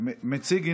התקבלה